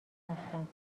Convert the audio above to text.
رفتند